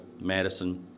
Madison